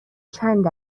چند